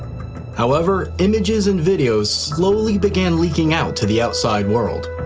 however, images and videos slowly began leaking out to the outside world.